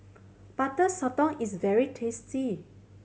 Butter Sotong is very tasty